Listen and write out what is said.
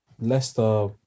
Leicester